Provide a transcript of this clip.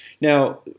Now